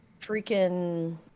Freaking